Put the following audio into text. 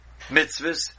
mitzvahs